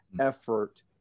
effort